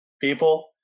people